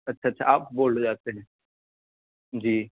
اچھا اچھا آپ بولڈ ہو جاتے ہیں جی